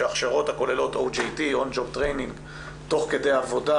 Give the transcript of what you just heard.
שההכשרות הכוללות on job training התנסות תוך כדי עבודה,